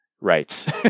Right